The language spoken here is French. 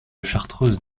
chartreuse